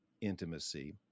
Intimacy